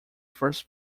first